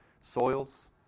soils